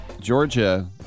Georgia